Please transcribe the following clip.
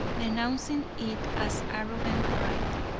denouncing it as arrogant pride,